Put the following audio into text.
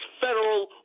federal